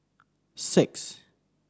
six